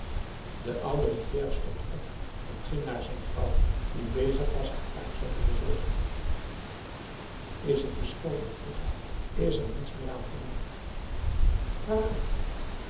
de oude rivière stond op en ging naar zijn vrouw die bezig was haar kleinzoon te verzorgen is het besloten vroeg hij is er niets meer aan te doen waaraan